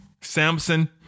Samson